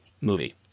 movie